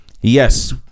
yes